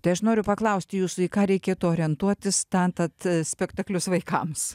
tai aš noriu paklausti jūsų į ką reikėtų orientuotis stantat a spektaklius vaikams